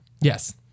Yes